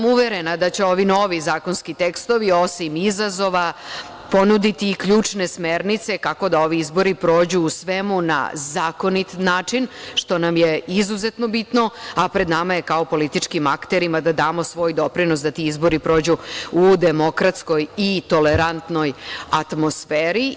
Uverena da će ovi novi zakonski tekstovi osim izazova ponuditi i ključne smernice, kako da ovi izbori prođu u svemu na zakonit način, što nam je izuzetno bitno, a pred nama je kao političkim akterima da damo svoj doprinos da ti izbori prođu u demokratskoj i tolerantnoj atmosferi.